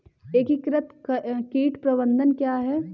एकीकृत कीट प्रबंधन क्या है?